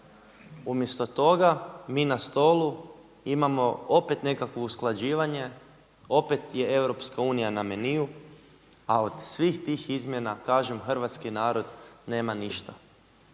Umjesto toga, mi na stolu imamo opet nekakvo usklađivanje, opet je EU na menue a od svih tih izmjena kažem hrvatski narod nema ništa.